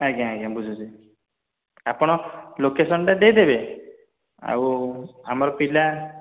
ଆଜ୍ଞା ଆଜ୍ଞା ବୁଝୁଛି ଆପଣ ଲୋକେସନ୍ଟା ଦେଇଦେବେ ଆଉ ଆମର ପିଲା